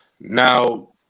Now